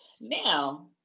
Now